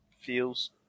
feels